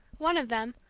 one of them,